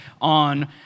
on